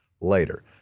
later